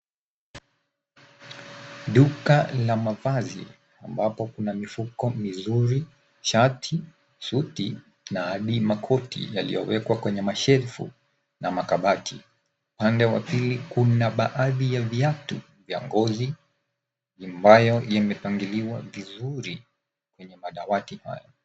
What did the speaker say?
Duka la mavazi ambapo kuna mifuko mizuri , shati , suti na hadi makoti yaliyowekwa kwenye mashelfu na makabati. Upande wa pili kuna baadhi ya viatu vya ngozi ambayo imepangiliwa vizuri kwenye madawati hayo.